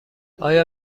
آیا